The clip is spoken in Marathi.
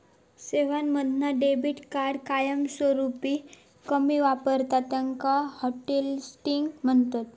सेवांमधना डेबीट कार्ड कायमस्वरूपी कमी वापरतत त्याका हॉटलिस्टिंग म्हणतत